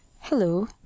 Hello